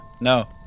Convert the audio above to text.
no